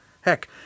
Heck